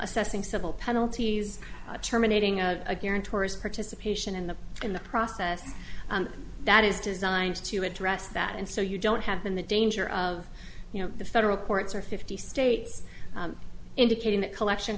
assessing civil penalties terminating a guarantor of participation in the in the process that is designed to address that and so you don't have in the danger of you know the federal courts or fifty states indicating that collection